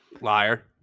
Liar